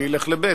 אני אלך לב'.